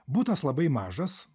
butas labai mažas